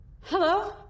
Hello